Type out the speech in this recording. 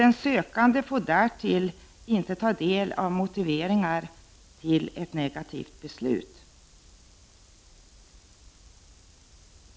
Den sökande får därtill inte ta del av motiveringar till ett negativt beslut.